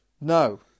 No